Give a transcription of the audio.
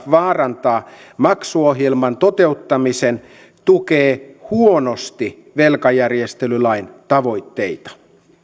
vaarantaa maksuohjelman toteuttamisen tukee huonosti velkajärjestelylain tavoitteita